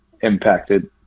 impacted